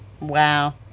Wow